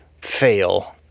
fail